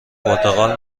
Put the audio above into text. پرتقال